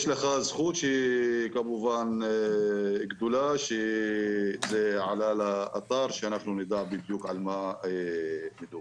יש לך זכות גדולה שזה עלה לאתר כדי שנדע בדיוק על מה מדובר.